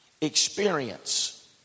experience